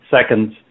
seconds